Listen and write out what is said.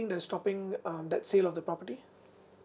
that's stopping um that sale of the property